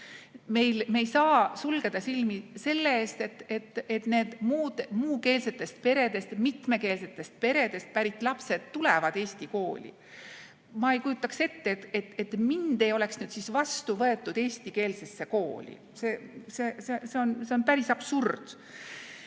on.Me ei saa sulgeda silmi selle ees, et need muukeelsetest peredest, mitmekeelsetest peredest pärit lapsed tulevad eesti kooli. Ma ei kujuta ette, et mind ei oleks vastu võetud eestikeelsesse kooli. See on päris absurd.